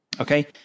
Okay